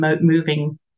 moving